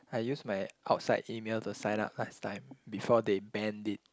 I use my outside E-mail to sign up last time before they banned it